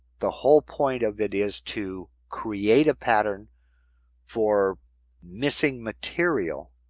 the whole point of it is to create a pattern for missing material.